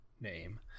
name